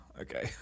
okay